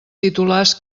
titulars